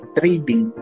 trading